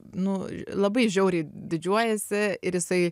nu labai žiauriai didžiuojasi ir jisai